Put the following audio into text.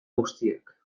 guztiak